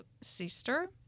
sister